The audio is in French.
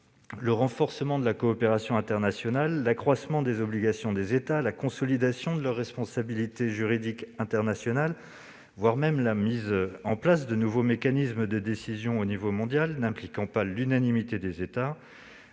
le renforcement de la coopération internationale, l'accroissement des obligations des États, la consolidation de leur responsabilité juridique internationale, voire la mise en place de nouveaux mécanismes de décision au niveau mondial n'impliquant pas l'unanimité des États,